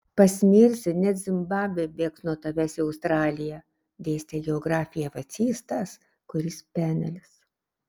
pasmirsi net zimbabvė bėgs nuo tavęs į australiją dėstė geografiją vacys tas kuris penelis